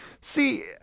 See